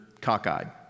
cockeyed